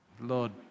Lord